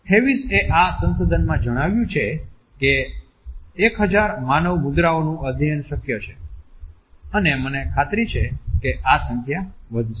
હેવીઝ એ આ સંશોધનમાં જણાવ્યું છે કે 1000 માનવ મુદ્રાઓનું અધ્યયન શક્ય છે અને મને ખાતરી છે કે આ સંખ્યા વધશે